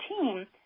team